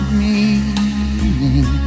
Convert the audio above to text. meaning